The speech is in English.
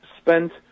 spent